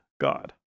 god